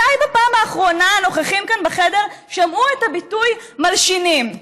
מתי בפעם האחרונה הנוכחים כאן בחדר שמעו את הביטוי "מלשינים"?